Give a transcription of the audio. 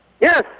Yes